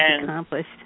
accomplished